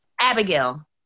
abigail